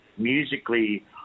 Musically